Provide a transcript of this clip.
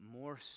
more